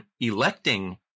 electing